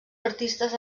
artistes